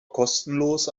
kostenlos